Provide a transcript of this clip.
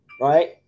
right